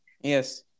yes